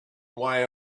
way